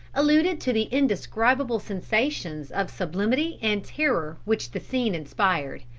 alluded to the indescribable sensations of sublimity and terror which the scene inspired.